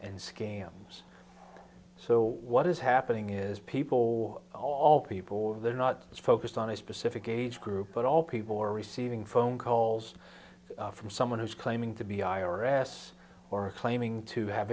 and scams so what is happening is people all people they're not focused on a specific age group but all people are receiving phone calls from someone who's claiming to be i r s or claiming to have